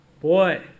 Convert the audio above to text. Boy